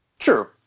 Sure